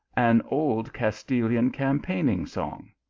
an old castilian cam paigning song.